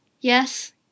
Yes